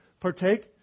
Partake